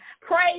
Praise